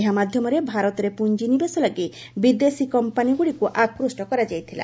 ଏହା ମାଧ୍ୟମରେ ଭାରତରେ ପୁଞ୍ଜିନିବେଶ ଲାଗି ବିଦେଶୀ କମ୍ପାନୀଗ୍ରଡିକ ଆକ୍ଷ୍ଟ କରାଯାଇଥିଲା